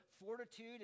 fortitude